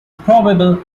probable